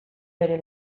bere